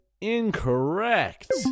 incorrect